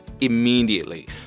immediately